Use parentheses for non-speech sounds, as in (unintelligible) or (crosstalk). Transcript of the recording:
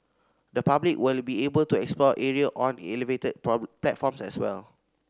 the public will be able to explore area on elevated (unintelligible) platforms as well